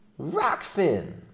Rockfin